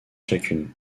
chacune